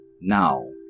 Now